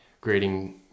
grading